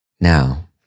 Now